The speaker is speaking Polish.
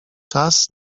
czas